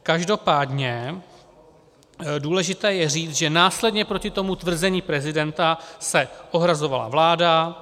Každopádně důležité je říct, že následně se proti tvrzení prezidenta ohrazovala vláda.